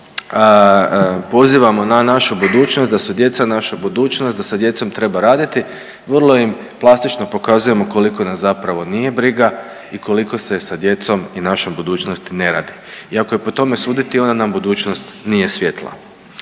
pozivamo na našu budućnost da su djeca naša budućnost, da sa djecom treba raditi vrlo im plastično pokazujemo koliko nas zapravo nije briga i koliko se sa djecom i našom budućnosti ne radi. I ako je po tome suditi onda nam budućnost nije svjetla.